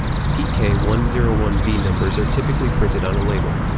p k one zero one v numbers are typically printed on a label.